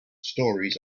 stories